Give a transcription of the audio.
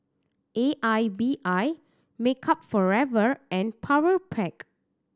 A I B I Makeup Forever and Powerpac